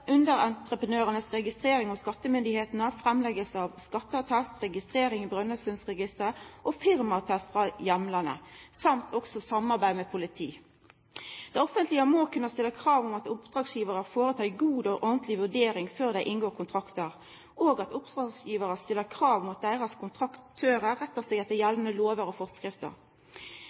registrering hos skattemyndigheita, framsyning av skatteattest, registrering i Brønnøysundregistra, firmaattest frå heimlandet og samarbeid med politiet. Det offentlege må kunna stilla krav om at oppdragsgjevarar gjer ei god og ordentleg vurdering før dei inngår kontraktar, og at oppdragsgjevarar stiller krav om at deira kontraktørar rettar seg etter gjeldande lovar og forskrifter.